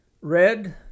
Red